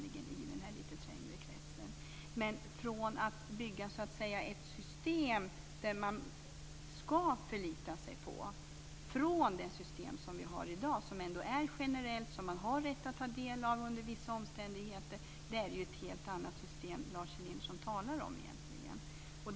Lars Elinderson talar om ett helt annat system, nämligen att bygga ett system som man ska förlita sig på till skillnad från det system som i dag finns som är generellt och som man har rätt att ta del av under vissa omständigheter. Det är det jag vänder mig emot.